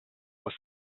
was